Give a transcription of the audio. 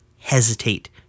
hesitate